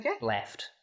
left